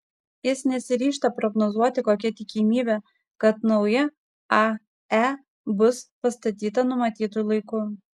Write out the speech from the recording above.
jis nesiryžta prognozuoti kokia tikimybė kad nauja ae bus pastatyta numatytu laiku